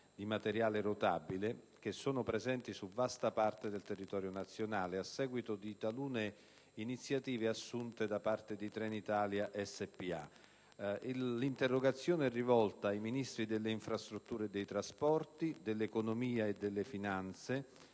di materiale rotabile presenti su vasta parte del territorio nazionale, a seguito di talune iniziative assunte da parte di Trenitalia spa L'interrogazione è rivolta ai Ministri delle infrastrutture e dei trasporti, dell'economia e delle finanze,